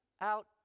out